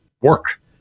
work